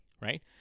right